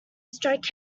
strike